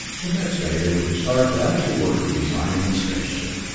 the next day they were to start the actual work of designing the space ship.